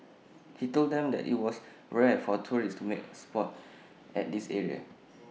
he told them that IT was rare for tourists to make A spot at this area